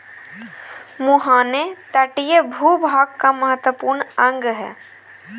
मुहाने तटीय भूभाग का महत्वपूर्ण अंग है